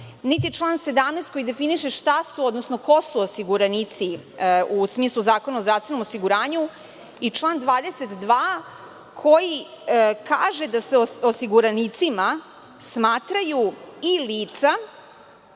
niti član 17. koji definiše šta su, odnosno ko su osiguranici u smislu Zakona o zdravstvenom osiguranju. Neću čitati ni član 22. koji kaže da se osiguranicima smatraju i lica